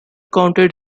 counted